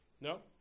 No